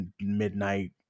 midnight